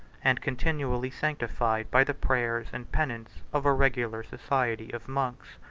and continually sanctified by the prayers and penance of a regular society of monks.